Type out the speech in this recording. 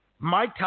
Mike